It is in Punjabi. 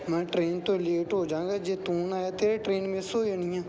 ਮੈਂ ਟ੍ਰੇਨ ਤੋਂ ਲੇਟ ਹੋ ਜਵਾਗਾਂ ਜੇ ਤੂੰ ਨਾ ਆਇਆ ਅਤੇ ਟ੍ਰੇਨ ਮਿਸ ਹੋ ਜਾਣੀ ਆ